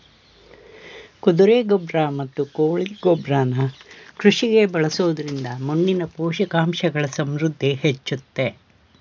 ಕುದುರೆ ಗೊಬ್ರ ಮತ್ತು ಕೋಳಿ ಗೊಬ್ರನ ಕೃಷಿಗೆ ಬಳಸೊದ್ರಿಂದ ಮಣ್ಣಿನ ಪೋಷಕಾಂಶಗಳ ಸಮೃದ್ಧಿ ಹೆಚ್ಚುತ್ತೆ